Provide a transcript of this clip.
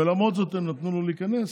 ולמרות זאת הם נתנו לו להיכנס,